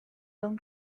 don